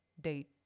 date